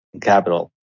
capital